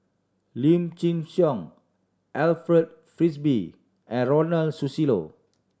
Lim Chin Siong Alfred Frisby and Ronald Susilo